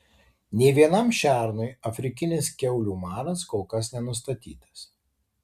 nė vienam šernui afrikinis kiaulių maras kol kas nenustatytas